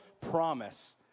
promise